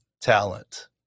talent